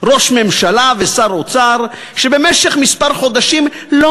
ראש ממשלה ושר אוצר שבמשך כמה חודשים לא